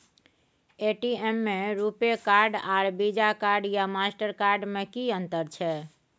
ATM में RuPay card आर Visa card या मास्टर कार्ड में कि अतंर छै?